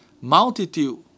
multitude